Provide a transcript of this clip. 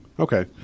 Okay